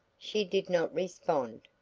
she did not respond.